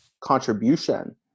contribution